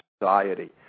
society